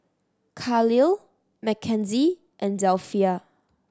Kahlil Mackenzie and Delphia